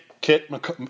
kit